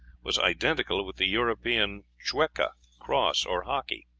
was identical with the european chueca, crosse, or hockey.